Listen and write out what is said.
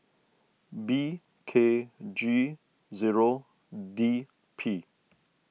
B K G zero D P